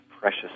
precious